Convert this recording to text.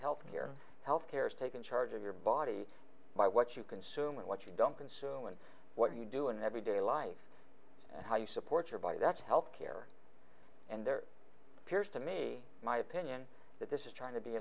health care health care is taken charge of your body by what you consume and what you don't consume and what you do in every day life and how you support your body that's health care and there appears to me my opinion that this is trying to be